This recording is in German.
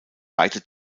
weite